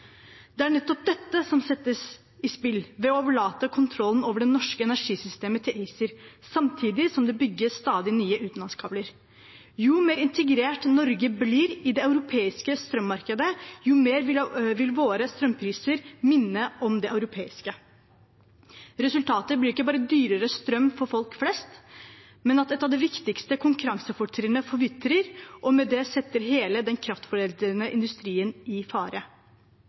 Det er nettopp dette som settes i spill ved å overlate kontrollen over det norske energisystemet til ACER, samtidig som det bygges stadig nye utenlandskabler. Jo mer integrert Norge blir i det europeiske strømmarkedet, jo mer vil våre strømpriser minne om de europeiske. Resultatet blir ikke bare dyrere strøm for folk flest, men at et av de viktigste konkurransefortrinnene forvitrer og med det setter hele den kraftforedlende industrien i fare.